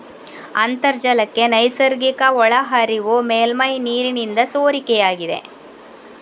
ಅಂತರ್ಜಲಕ್ಕೆ ನೈಸರ್ಗಿಕ ಒಳಹರಿವು ಮೇಲ್ಮೈ ನೀರಿನಿಂದ ಸೋರಿಕೆಯಾಗಿದೆ